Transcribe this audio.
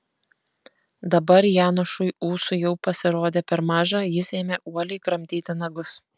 dabar janošui ūsų jau pasirodė per maža jis ėmė uoliai kramtyti nagus